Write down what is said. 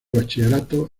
bachillerato